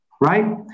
right